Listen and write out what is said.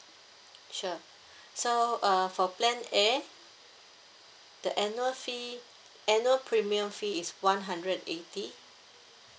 sure so uh for plan A the annual fee annual premium fee is one hundred eighty